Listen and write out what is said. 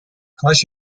کاش